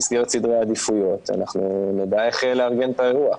במסגרת סדרי עדיפויות נדע איך לארגן את האירוע.